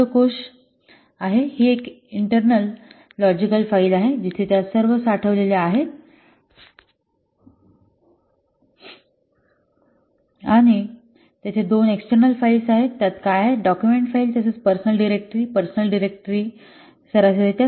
शब्दकोश आहे ही एक इंटर्नल लॉजिकल फाईल आहे जिथे त्या सर्व साठवलेल्या आहेत आणि तेथे दोन एक्सटर्नल फाईल्स आहेत त्या काय आहेत डॉक्युमेंट फाइल तसेच पर्सनल डिरेक्टरी पर्सनल डिरेक्टरी सरासरी